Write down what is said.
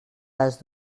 les